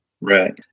Right